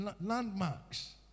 landmarks